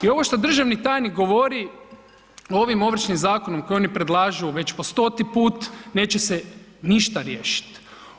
I ovo što državni tajnik govori ovim Ovršnim zakonom koji oni predlažu već po stoti put neće se ništa riješiti.